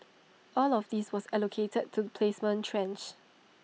all of this was allocated to the placement tranche